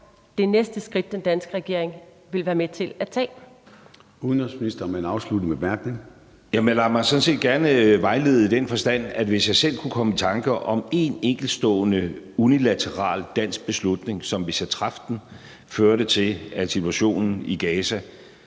med en afsluttende bemærkning. Kl. 13:24 Udenrigsministeren (Lars Løkke Rasmussen): Jeg lader mig sådan set gerne vejlede i den forstand, at hvis jeg selv kunne komme i tanke om en enkeltstående unilateral dansk beslutning, som, hvis jeg traf den, førte til, at situationen i Gaza